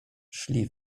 szli